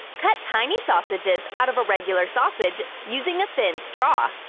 cut tiny sausages out of a regular sausage using a thin straw.